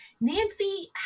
Nancy